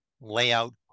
layout